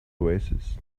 oasis